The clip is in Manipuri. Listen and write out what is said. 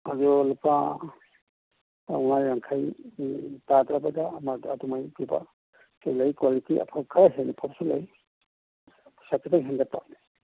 ꯑꯗꯣ ꯂꯨꯄꯥ ꯆꯃꯉꯥ ꯌꯥꯡꯈꯩ ꯇꯥꯗ꯭ꯔꯕꯗ ꯑꯃꯗ ꯑꯗꯨꯃꯥꯏ ꯄꯤꯕꯁꯨ ꯂꯩ ꯀ꯭ꯋꯥꯂꯤꯇꯤ ꯑꯐꯕ ꯈꯔ ꯍꯦꯟꯅ ꯐꯕꯁꯨ ꯂꯩ ꯄꯩꯁꯥ ꯈꯤꯇꯪ ꯍꯦꯟꯒꯠꯄ